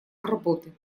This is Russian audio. работы